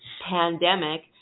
pandemic